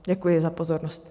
Děkuji za pozornost.